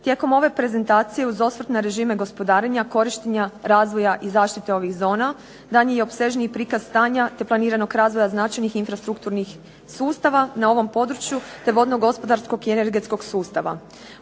Tijekom ove prezentacije uz osvrt na režime gospodarenja, korištenja, razvoja i zaštite ovih zona, dan je i opsežniji prikaz stanja te planiranog razvoja značajnih infrastrukturnih sustava na ovom području te vodnogospodarskog i energetskog sustava.